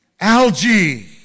algae